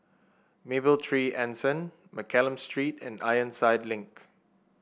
Mapletree Anson Mccallum Street and Ironside Link